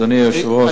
אדוני היושב-ראש.